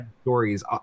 stories